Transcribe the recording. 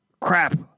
crap